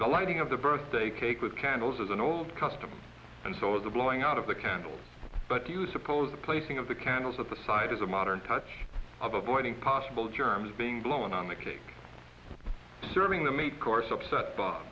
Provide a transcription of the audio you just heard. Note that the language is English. the lighting of the birthday cake with candles is an old custom and so the blowing out of the candles but do you suppose the placing of the candles at the side is a modern touch of avoiding possible germs being blown on the cake serving the meat course upset